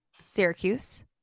Syracuse